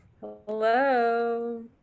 Hello